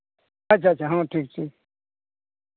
ᱟᱪᱪᱷᱟ ᱟᱪᱪᱷᱟ ᱦᱚᱸ ᱴᱷᱤᱠ ᱴᱷᱤᱠ